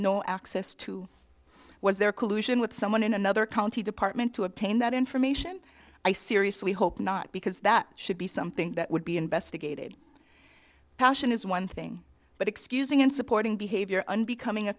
no access to was there collusion with someone in another county department to obtain that information i seriously hope not because that should be something that would be investigated passion is one thing but excusing and supporting behavior unbecoming a